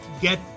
get